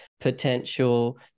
potential